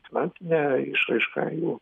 finansine išraiška jų